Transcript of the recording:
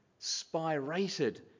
spirated